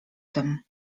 tym